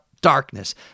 darkness